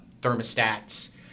thermostats